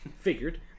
Figured